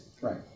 Right